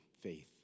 faith